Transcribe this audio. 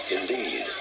Indeed